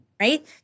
right